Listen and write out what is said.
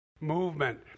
movement